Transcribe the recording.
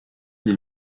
des